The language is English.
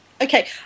Okay